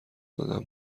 زدن